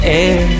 air